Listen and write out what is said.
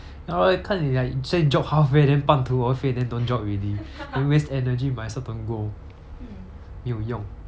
ya lor 看你 like 在 jog halfway then 半途而废 then don't jog already then waste energy might as well don't go 没有用